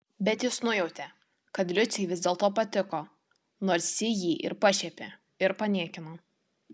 bet jis nujautė kad liucei vis dėlto patiko nors ji jį ir pašiepė ir paniekino